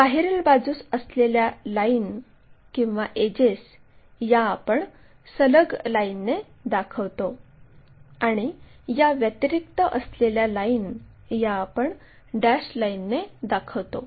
बाहेरील बाजूस असलेल्या लाईन किंवा एडजेस या आपण सलग लाईनने दाखवतो आणि याव्यतिरिक्त असलेल्या लाईन या आपण डॅश लाईनने दाखवतो